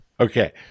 Okay